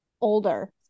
older